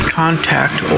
contact